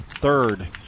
third